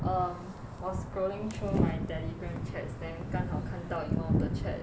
um was scrolling through my telegram chat then 刚好看到 in one of the chat